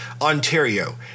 Ontario